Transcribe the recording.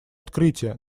открытие